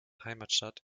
heimatstadt